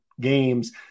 games